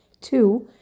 Two